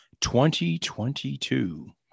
2022